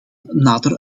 nader